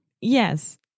Yes